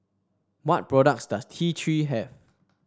what products does T Three have